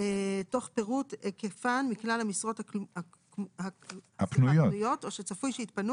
תוך פירוט היקפן מכלל המשרות הפנויות או שצפוי שיתפנו